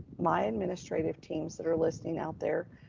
my administrative teams that are listening out there,